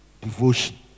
devotion